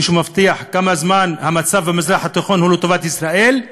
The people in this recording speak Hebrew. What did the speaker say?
מישהו מבטיח כמה זמן המצב במזרח התיכון הוא לטובת ישראל?